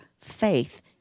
faith